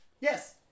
Yes